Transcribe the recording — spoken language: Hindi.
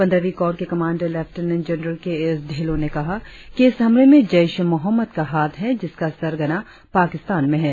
पंद्रहवीं कोर के commander lieutenant general K S Dhillon ने कहा कि इस हमले में जैश ए मोहम्मद का हाथ है जिसका सरगना पाकिस्तान में हैं